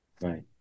Right